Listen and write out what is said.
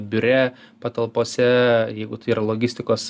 biure patalpose jeigu tai yra logistikos